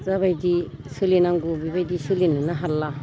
जाबायदि सोलिनांगौ बेबायदि सोलिनोनो हाला